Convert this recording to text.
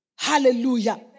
Hallelujah